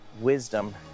wisdom